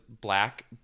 black